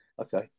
Okay